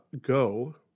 go